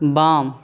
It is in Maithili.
बाम